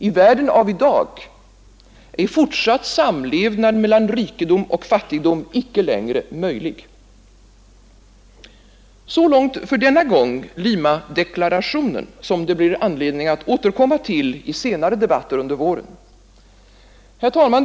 I världen av i dag är fortsatt samlevnad mellan rikedom och fattigdom inte längre möjlig. Så långt, för denna gång, Limadeklarationen, som det blir anledning att återkomma till i debatter senare under våren. Herr talman!